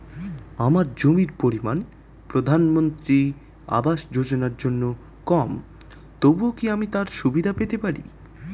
আমার জমির পরিমাণ প্রধানমন্ত্রী আবাস যোজনার জন্য কম তবুও কি আমি তার সুবিধা পেতে পারি?